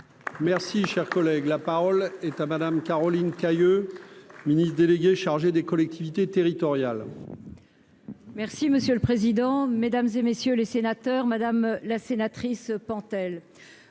Merci, cher collègue, la parole est à madame Caroline Cayeux, ministre déléguée chargée des collectivités territoriales. Merci monsieur le président, Mesdames et messieurs les sénateurs, madame la sénatrice Pentel